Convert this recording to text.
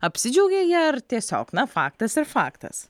apsidžiaugė ja ar tiesiog na faktas ir faktas